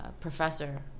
professor